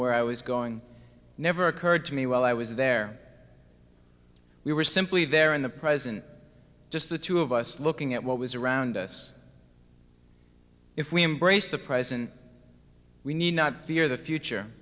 where i was going never occurred to me while i was there we were simply there in the present just the two of us looking at what was around us if we embrace the present we need not fear the future